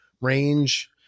range